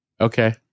Okay